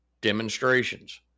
demonstrations